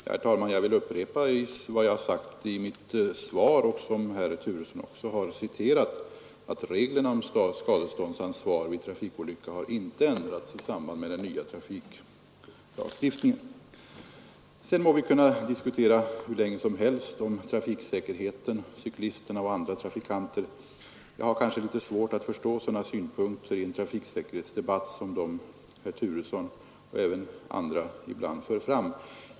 Herr talman! Jag vill upprepa det som jag har sagt i mitt svar och som herr Turesson också har citerat: Reglerna om skadeståndsansvar vid trafikolycka har inte ändrats i samband med den nya trafiklagstiftningen. Sedan må vi diskutera hur länge som helst om trafiksäkerheten, cyklisterna och andra trafikanter. Jag har kanske litet svårt att förstå sådana synpunkter i en trafiksäkerhetsdebatt som herr Turesson och även andra ibland för fram.